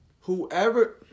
Whoever